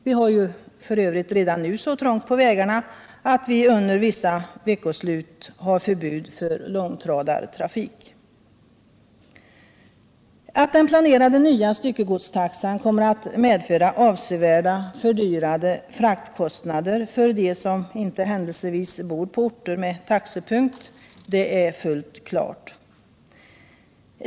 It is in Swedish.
Vi har ju redan nu så trångt på vägarna att vi under vissa veckoslut har förbud för långtradartrafik. Att den planerade nya styckegodstaxan kommer att medföra avsevärt fördyrade fraktkostnader för dem som inte händelsevis bor på orter med taxepunkt är fullt klart.